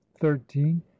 thirteen